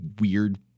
weird